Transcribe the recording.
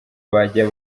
bajya